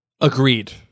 Agreed